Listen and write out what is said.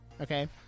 okay